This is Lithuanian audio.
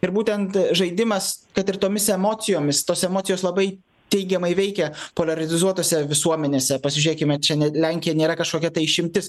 ir būtent žaidimas kad ir tomis emocijomis tos emocijos labai teigiamai veikia poliarizuotuose visuomenėse pasižiūrėkime čia ne lenkija nėra kažkokia tai išimtis